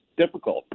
difficult